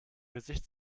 gesicht